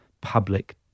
public